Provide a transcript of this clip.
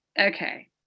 Okay